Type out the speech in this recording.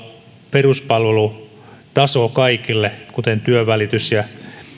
peruspalvelutaso kuten työnvälitys ja